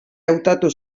hautatu